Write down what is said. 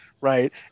Right